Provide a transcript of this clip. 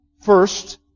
first